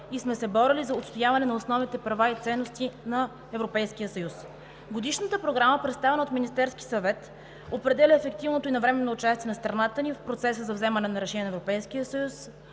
и сме се борили за отстояване на основните права и ценности на Европейския съюз. Годишната програма, представена от Министерския съвет, определя ефективното и навременно участие на страната ни в процеса за вземане на решение на